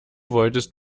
wolltest